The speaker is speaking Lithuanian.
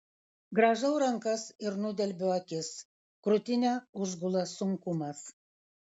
grąžau rankas ir nudelbiu akis krūtinę užgula sunkumas